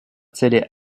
цели